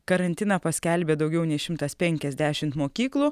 karantiną paskelbė daugiau nei šimtas penkiasdešimt mokyklų